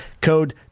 code